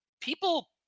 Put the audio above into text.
people –